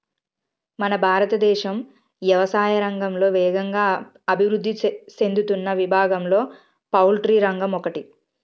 మన భారతదేశం యవసాయా రంగంలో వేగంగా అభివృద్ధి సేందుతున్న విభాగంలో పౌల్ట్రి రంగం ఒకటి